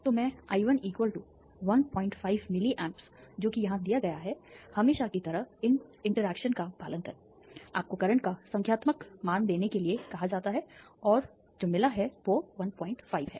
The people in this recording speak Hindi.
तो मैं I1 s15 मिली एम्प्स जो कि यहाँ दिया गया है हमेशा की तरह इन इंटरैक्शन का पालन करें आपको करंट का संख्यात्मक मान देने के लिए कहा जाता है और मिली जो 15 है